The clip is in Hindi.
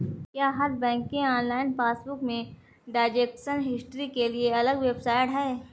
क्या हर बैंक के ऑनलाइन पासबुक में ट्रांजेक्शन हिस्ट्री के लिए अलग वेबसाइट है?